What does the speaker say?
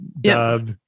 dub